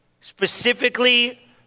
specifically